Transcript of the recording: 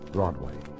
Broadway